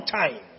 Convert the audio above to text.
time